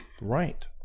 Right